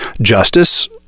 justice